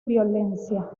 violencia